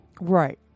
right